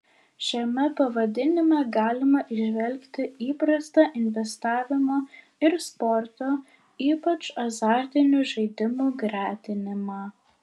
šiame pavadinime galima įžvelgti įprastą investavimo ir sporto ypač azartinių žaidimų gretinimą